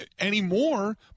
anymore